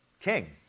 king